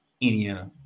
Indiana